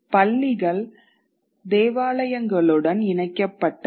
பள்ளிகள் தேவாலயங்களுடன் இணைக்கப்பட்டன